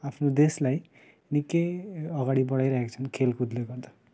आफ्नो देशलाई निकै अगाडि बडाइरहेको छन् खेलकुदले गर्दा